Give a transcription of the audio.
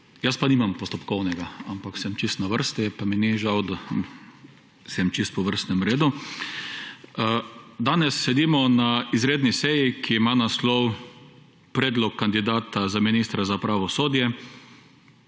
Jaz pa nimam postopkovnega, ampak sem na vrsti, pa mi ni žal, da sem čisto po vrstnem redu. Danes sedimo na izredni seji, ki ima naslov Predlog kandidata za ministra za pravosodje.